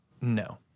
No